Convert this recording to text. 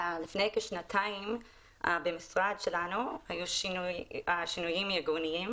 לפני כשנתיים במשרד שלנו היו שינויים ארגוניים